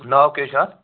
ناو کیٛاہ حظ چھُ اَتھ